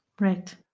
Right